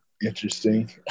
Interesting